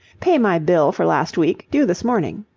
pay my bill for last week, due this morning.